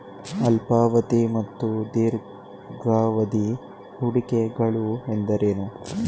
ಅಲ್ಪಾವಧಿ ಮತ್ತು ದೀರ್ಘಾವಧಿ ಹೂಡಿಕೆಗಳು ಎಂದರೇನು?